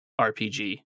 RPG